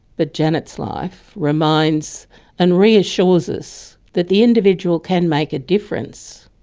but janet's life reminds and reassures us that the individual can make a difference,